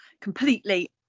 completely